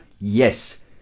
Yes